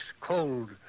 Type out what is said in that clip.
Cold